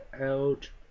out